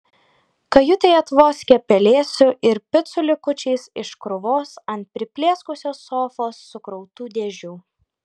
kajutėje tvoskė pelėsiu ir picų likučiais iš krūvos ant priplėkusios sofos sukrautų dėžių